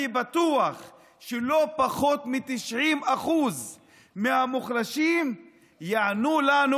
אני בטוח שלא פחות מ-90% מהמוחלשים יענו לנו: